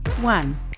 One